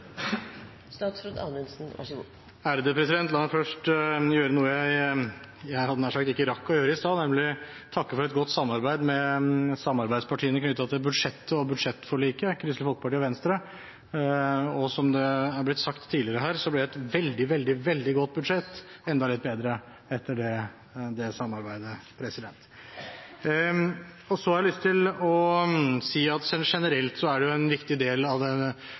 La meg først gjøre noe jeg nær sagt ikke rakk å gjøre i sted – nemlig å takke for et godt samarbeid med samarbeidspartiene, Kristelig Folkeparti og Venstre, knyttet til budsjettet og budsjettforliket. Som det har blitt sagt tidligere her, ble et veldig godt budsjett enda litt bedre etter det samarbeidet. Så har jeg lyst til å si at generelt er det en viktig del av den politiske hverdagen å skylde på hverandre. Det